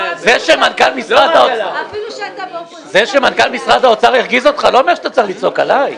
זה שמנכ"ל משרד האוצר הרגיז אותך לא אומר שאתה צריך לצעוק עליי.